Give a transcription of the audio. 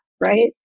right